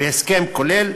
והסכם כולל,